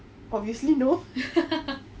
obviously no